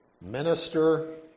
minister